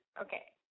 okay